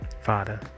Father